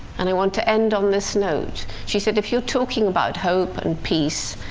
and i want to end on this note. she said, if you're talking about hope and peace,